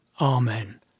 Amen